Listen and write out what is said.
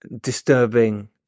disturbing